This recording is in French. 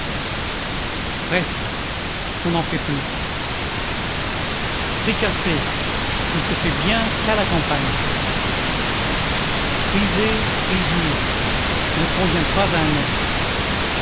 fresque on n'en fait plus fricassée ne se fait bien qu'à la campagne friser frisure ne convient pas à un homme